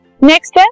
Next